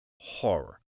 horror